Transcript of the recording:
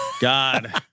God